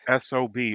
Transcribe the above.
sob